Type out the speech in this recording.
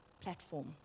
platform